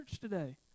today